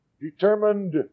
determined